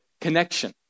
connection